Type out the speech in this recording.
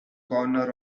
corner